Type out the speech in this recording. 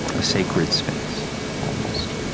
a sacred space almost.